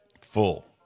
Full